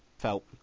Felt